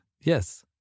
Yes